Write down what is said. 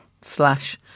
slash